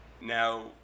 Now